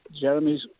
Jeremy's